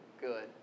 good